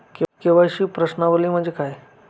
KYC प्रश्नावली म्हणजे काय?